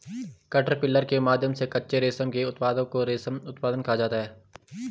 caterpillar के माध्यम से कच्चे रेशम के उत्पादन को रेशम उत्पादन कहा जाता है